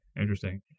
Interesting